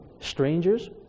strangers